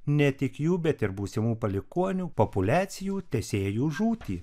ne tik jų bet ir būsimų palikuonių populiacijų tęsėjų žūtį